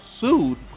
sued